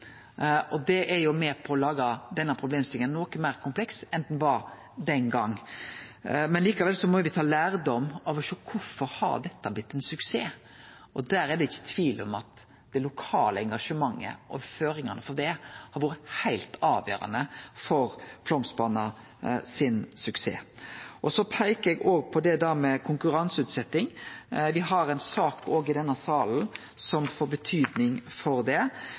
Det er med på å lage denne problemstillinga noko meir kompleks enn ho var den gongen. Likevel må me ta lærdom av å sjå på kvifor dette har blitt ein suksess, og det er ikkje tvil om at det lokale engasjementet og føringane for det har vore heilt avgjerande for suksessen til Flåmsbana. Så peiker eg òg på det med konkurranseutsetjing. Me har ei sak i denne salen som får betyding for det,